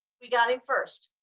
we got him first.